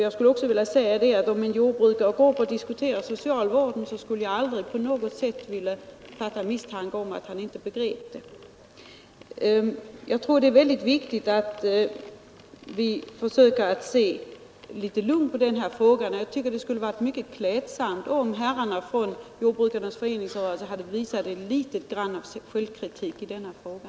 Jag skulle också vilja säga att om en jordbrukare skulle gå upp och diskutera socialvården, skulle jag aldrig på något sätt vilja fatta misstankar om att han inte begrep frågan. Jag tycker det är viktigt att vi försöker se litet lugnt på den här frågan. Jag tycker det vore mycket klädsamt om herrarna från jordbrukarnas föreningsrörelse hade visat litet av självkritik i denna fråga.